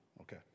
Okay